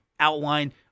outline